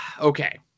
okay